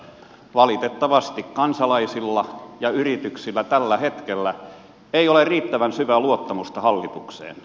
valitettavasti kansalaisilla ja yrityksillä tällä hetkellä ei ole riittävän syvää luottamusta hallitukseen